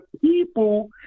people